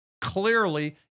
clearly